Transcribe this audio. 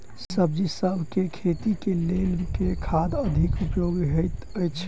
सब्जीसभ केँ खेती केँ लेल केँ खाद अधिक उपयोगी हएत अछि?